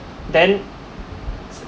then